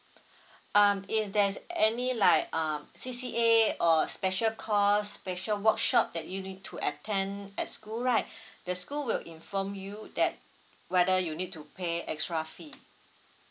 um if there's any like um C_C_A or special course special workshop that you need to attend at school right the school will inform you that whether you need to pay extra fee